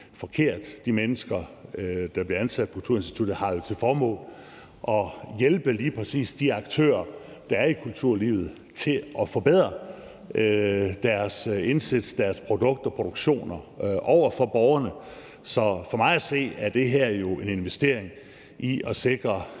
De mennesker, der bliver ansat på kulturinstituttet, har til formål at hjælpe lige præcis de aktører, der er i kulturlivet, til at forbedre deres indsats, deres produkter og produktioner over for borgerne. Så for mig at se er det her jo en investering i at sikre